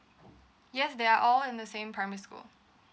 yes they are all in the same primary school